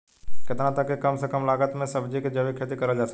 केतना तक के कम से कम लागत मे सब्जी के जैविक खेती करल जा सकत बा?